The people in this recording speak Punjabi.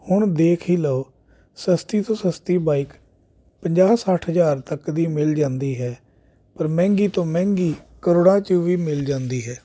ਹੁਣ ਦੇਖ ਹੀ ਲਓ ਸਸਤੀ ਤੋਂ ਸਸਤੀ ਬਾਈਕ ਪੰਜਾਹ ਸੱਠ ਹਜ਼ਾਰ ਤੱਕ ਦੀ ਮਿਲ ਜਾਂਦੀ ਹੈ ਪਰ ਮਹਿੰਗੀ ਤੋਂ ਮਹਿੰਗੀ ਕਰੋੜਾਂ 'ਚ ਵੀ ਮਿਲ ਜਾਂਦੀ ਹੈ